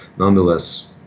nonetheless